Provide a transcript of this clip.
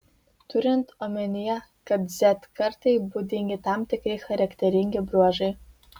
turint omenyje kad z kartai būdingi tam tikri charakteringi bruožai